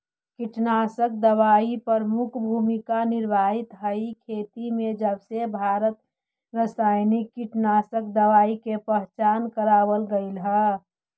कीटनाशक दवाई प्रमुख भूमिका निभावाईत हई खेती में जबसे भारत में रसायनिक कीटनाशक दवाई के पहचान करावल गयल हे